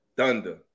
Thunder